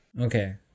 Okay